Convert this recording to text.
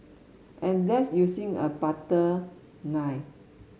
and that's using a butter knife